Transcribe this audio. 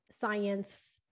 science